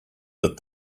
that